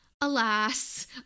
alas